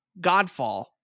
Godfall